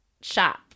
shop